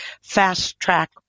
fast-track